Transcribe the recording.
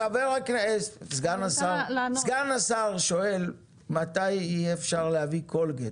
סגן השר שואל מתי יהיה אפשר להביא קולגייט.